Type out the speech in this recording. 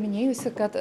minėjusi kad